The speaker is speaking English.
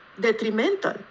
detrimental